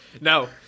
No